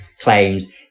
claims